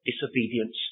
disobedience